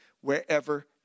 wherever